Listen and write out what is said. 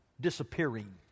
disappearing